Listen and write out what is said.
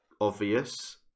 obvious